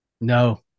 No